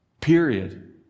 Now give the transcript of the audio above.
Period